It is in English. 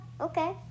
Okay